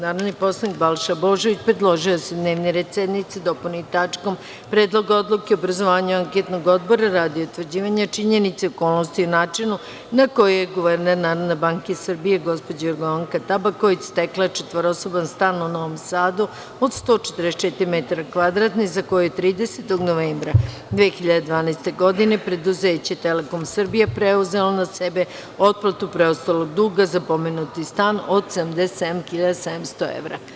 Narodni poslanik Balša Božović predložio je da se dnevni red sednice dopuni tačkom – Predlog odluke o obrazovanju anketnog odbora radi utvrđivanja činjenice, okolnosti i načinu na koji je guverner Narodne banke Srbije, gospođa Jorgovanka Tabaković stekla četvorosoban stan u Novom Sadu od 144 metara kvadratnih, za koje je 30. novembra 2012. godine preduzeće „Telekom Srbija“ preuzelo na sebe otplatu preostalog duga za pomenuti stan od 77 hiljada 700 evra.